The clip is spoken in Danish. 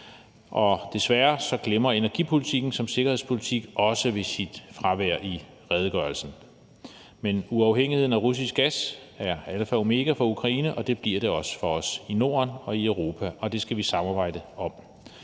Desværre glimrer energipolitikken som sikkerhedspolitik også ved sit fravær i redegørelsen. Men uafhængigheden af russisk gas er alfa og omega for Ukraine, og det bliver det også for os i Norden og i Europa, og det skal vi samarbejde om.